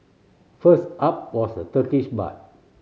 first up was the Turkish bath